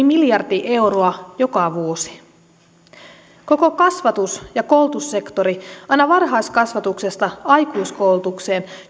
miljardi euroa joka vuosi koko kasvatus ja koulutussektori aina varhaiskasvatuksesta aikuiskoulutukseen